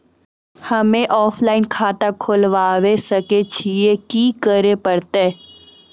हम्मे ऑफलाइन खाता खोलबावे सकय छियै, की करे परतै?